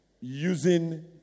using